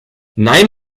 nein